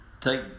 take